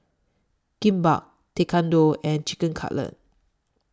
Kimbap Tekkadon and Chicken Cutlet